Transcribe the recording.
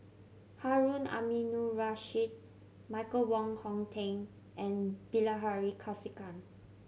Harun Aminurrashid Michael Wong Hong Teng and Bilahari Kausikan